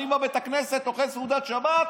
אני בבית הכנסת, אוכל סעודת שבת,